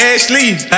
Ashley